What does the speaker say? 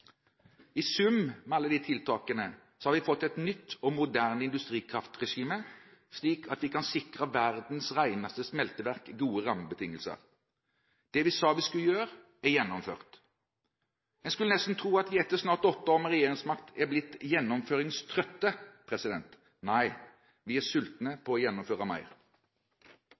I sum, med alle disse tiltakene, har vi fått et nytt og moderne industrikraftregime, slik at vi kan sikre verdens reneste smelteverk gode rammebetingelser. Det vi sa vi skulle gjøre, er gjennomført. Man skulle nesten tro at vi etter snart åtte år med regjeringsmakt er blitt gjennomføringstrøtte. Nei, vi er sultne på å gjennomføre mer.